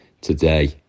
today